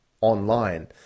online